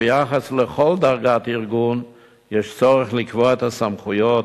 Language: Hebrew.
ביחס לכל דרגת ארגון יש צורך לקבוע את הסמכויות,